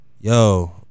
yo